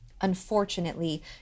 unfortunately